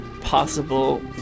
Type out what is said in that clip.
possible